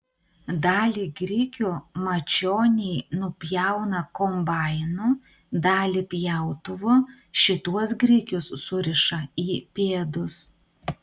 dalį grikių mačioniai nupjauna kombainu dalį pjautuvu šituos grikius suriša į pėdus